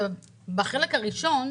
חלק סגרו,